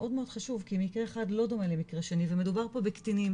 מאוד חשוב כי מקרה אחד לא דומה למקרה שני ומדובר פה בקטינים